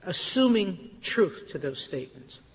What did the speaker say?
assuming truth to those statements,